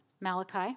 Malachi